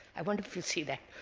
i wonder if you see that.